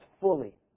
fully